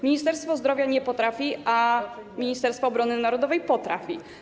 Ministerstwo Zdrowia nie potrafi, a Ministerstwo Obrony Narodowej potrafi.